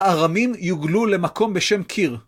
ארמים יוגלו למקום בשם קיר.